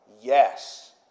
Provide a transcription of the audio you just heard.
Yes